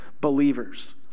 believers